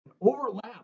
overlap